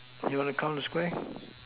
you want to count the Square